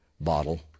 bottle